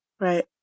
Right